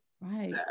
Right